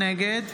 נגד